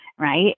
right